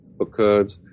occurred